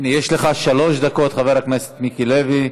הנה, יש לך שלוש דקות, חבר הכנסת מיקי לוי.